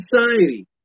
society